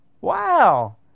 Wow